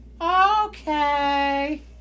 Okay